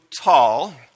tall